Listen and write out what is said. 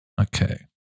Okay